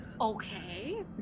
Okay